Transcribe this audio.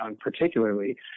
particularly